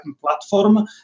platform